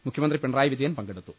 മുഖ്യമന്ത്രി പിണറായി വിജയൻ പങ്കെടുത്തു